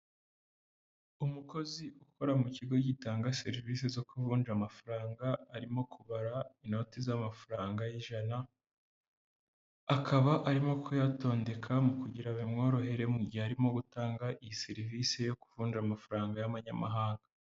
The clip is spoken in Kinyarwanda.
Umukozi ukora mu kigo gitanga serivisi zo ku kuvunja amafaranga arimo kubara inoti z'amafaranga y'ijana, akaba arimo kuyatondeka mu kugira ngo bimworohere, mu gihe arimo gutanga iyi serivisi yo kuvunja amafaranga y'amanyamahanga.